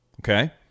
Okay